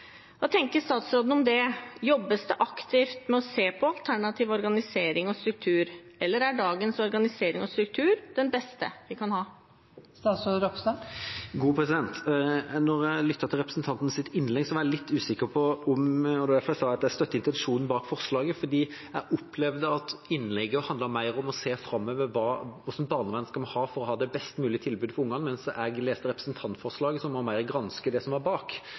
tenker statsråden om det? Jobbes det aktivt med å se på alternativ organisering og struktur, eller er dagens organisering og struktur den beste vi kan ha? Da jeg lyttet til representantens innlegg, var jeg litt usikker – det var derfor jeg sa at jeg støtter intensjonen bak forslaget – for jeg opplevde at innlegget handlet mer om å se framover på hva slags barnevern vi skal ha for å ha et best mulig tilbud for ungene, mens jeg leste representantforslaget mer som å ville granske det som var bak.